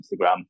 instagram